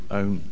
own